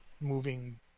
moving